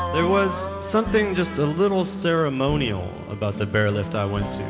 it was something just a little ceremonial about the bear lift i went to.